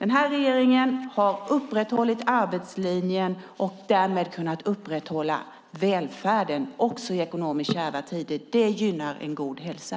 Den här regeringen har upprätthållit arbetslinjen och därmed kunnat upprätthålla välfärden också i ekonomiskt kärva tider. Det gynnar en god hälsa.